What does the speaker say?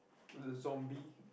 the zombie